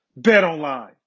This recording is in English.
BetOnline